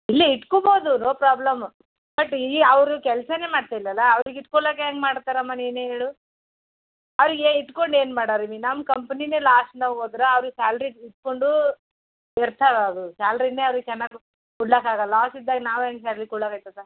ಇಲ್ಲೇ ಇಟ್ಕೋಬೋದು no problem but ಇಲ್ಲಿ ಅವರು ಕೆಲಸನೇ ಮಾಡ್ತಾಯಿಲ್ಲ ಅವ್ರಿಗೆ ಇಟ್ಕೊಳ್ಳೋಕೆ ಹೆಂಗೆ ಮಾಡ್ತಾರಮ್ಮ ನೀನೇ ಹೇಳು ಅವರಿಗೆ ಇಟ್ಕೊಂಡು ಏನು ಮಾಡೋರು ನಿ ನಮ್ಮ ಕಂಪ್ನಿನೇ ಲಾಸ್ನಾಗೋದರೆ ಅವ್ರಿಗೆ ಸ್ಯಾಲ್ರೀ ಇಟ್ಕೊಂಡು ವ್ಯರ್ಥ ಅದು ಸ್ಯಾಲ್ರಿನೇ ಅವ್ರಿಗೆ ಚೆನ್ನಾಗಿ ಕೊಡ್ಲಿಕ್ಕಾಗಲ್ಲ ಹಾಗೀದ್ದಾಗ ನಾವು ಹೆಂಗೆ ಸ್ಯಾಲ್ರಿ ಕೊಡ್ಲಕ್ಕಾಯ್ತದ